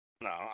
No